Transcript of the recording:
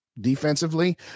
defensively